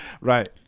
Right